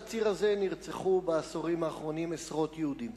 על הציר הזה נרצחו בעשורים האחרונים עשרות יהודים.